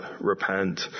repent